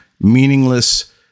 meaningless